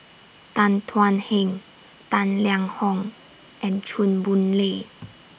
Tan Thuan Heng Tang Liang Hong and Chew Boon Lay